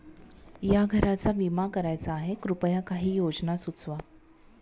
या घराचा विमा करायचा आहे कृपया काही योजना सुचवा